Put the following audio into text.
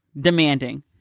demanding